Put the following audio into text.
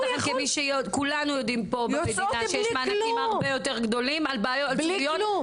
הן יוצאות בלי כלום